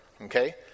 Okay